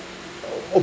oh !oops!